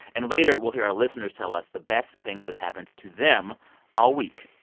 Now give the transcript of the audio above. and later, we'll hear our listeners tell us the best things that happened to to them all week.